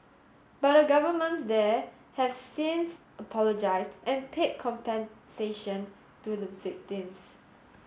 but the governments there have since apologised and paid compensation to the victims